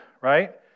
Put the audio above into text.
right